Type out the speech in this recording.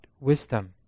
wisdom